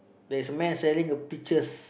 there's man selling a peaches